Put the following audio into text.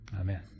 Amen